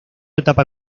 etapa